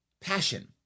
passion